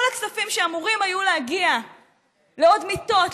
כל הכספים שאמורים היו להגיע לעוד מיטות,